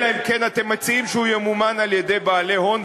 אלא אם כן אתם מציעים שהוא ימומן על-ידי בעלי הון,